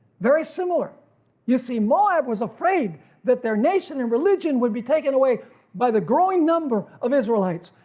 very similar you see moab was afraid that there nation and religion would be taken away by the growing number of israelites,